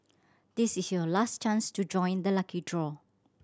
this is your last chance to join the lucky draw